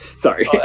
sorry